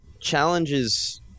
challenges